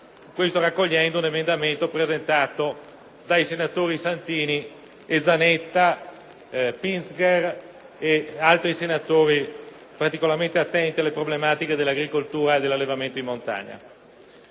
Questo raccogliendo le proposte di senatori, quali Santini, Zanetta, Pinzger e altri colleghi, particolarmente attenti alle problematiche dell'agricoltura e dell'allevamento in montagna.